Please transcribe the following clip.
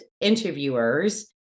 interviewers